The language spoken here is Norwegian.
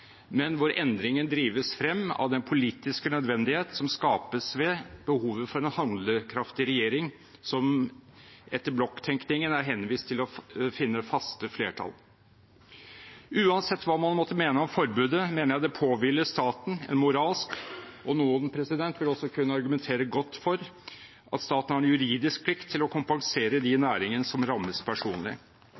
men hvor endringen drives frem av den politiske nødvendighet som skapes ved behovet for en handlekraftig regjering, som etter blokktenkningen er henvist til å finne faste flertall. Uansett hva man måtte mene om forbudet, mener jeg det påhviler staten en moralsk – og noen vil også kunne argumentere godt for en juridisk – plikt til å kompensere dem i næringen som rammes personlig.